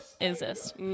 exist